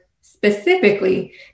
specifically